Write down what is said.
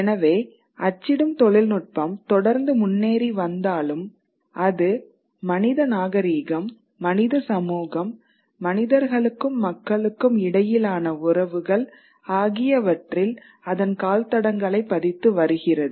எனவே அச்சிடும் தொழில்நுட்பம் தொடர்ந்து முன்னேறி வந்தாலும் அது மனித நாகரிகம் மனித சமூகம் மனிதர்களுக்கும் மக்களுக்கும் இடையிலான உறவுகள் ஆகியவற்றில் அதன் கால்தடங்களை பதித்து வருகிறது